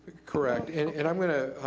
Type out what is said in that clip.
correct, and and i'm gonna,